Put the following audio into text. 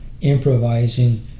improvising